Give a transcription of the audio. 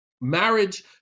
Marriage